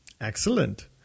Excellent